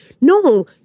No